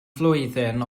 flwyddyn